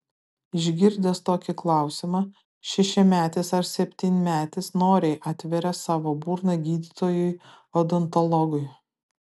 išgirdęs tokį klausimą šešiametis ar septynmetis noriai atveria savo burną gydytojui odontologui